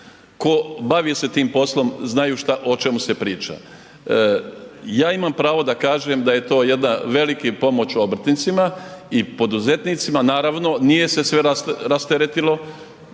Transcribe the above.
tko bavi se tim poslom znaju o čemu se priča. Ja imam pravo da kažem da je to jedan, veliki pomoć obrtnicima i poduzetnicima, naravno nije se sve rasteretilo